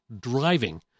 driving